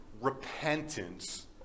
repentance